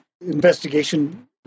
investigation